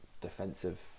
defensive